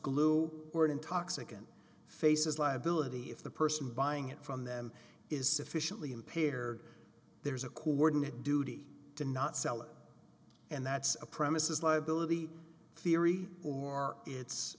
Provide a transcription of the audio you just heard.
glue or an intoxicant face is liability if the person buying it from them is sufficiently impaired there's a cool word in it duty to not sell it and that's a premises liability theory or it's